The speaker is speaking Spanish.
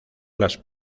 las